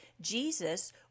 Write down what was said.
Jesus